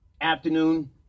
afternoon